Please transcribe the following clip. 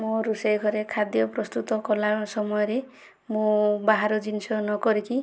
ମୁଁ ରୋଷେଇ ଘରେ ଖାଦ୍ୟ ପ୍ରସ୍ତୁତ କଲା ସମୟରେ ମୁଁ ବାହାର ଜିନିଷ ନ କରିକି